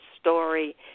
story